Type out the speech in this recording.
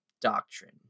doctrine